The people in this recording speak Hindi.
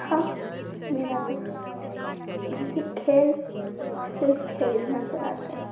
हाँ मेरा दोस्त जिसे खेल सिर्फ खेल नज़र आता है